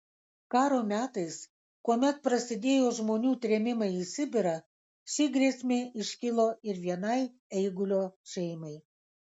karo metais kuomet prasidėjo žmonių trėmimai į sibirą ši grėsmė iškilo ir vienai eigulio šeimai